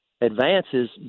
advances